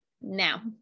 now